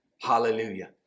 Hallelujah